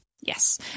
Yes